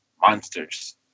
monsters